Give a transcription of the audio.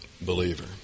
believer